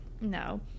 No